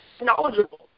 knowledgeable